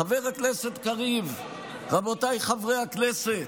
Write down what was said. חבר הכנסת קריב, רבותיי חברי הכנסת,